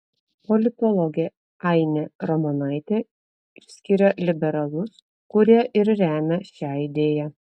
politologė ainė ramonaitė išskiria liberalus kurie ir remia šią idėją